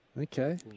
Okay